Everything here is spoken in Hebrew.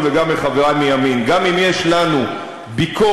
וגם לחברי מימין: גם אם יש לנו ביקורת,